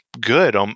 good